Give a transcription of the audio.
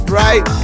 right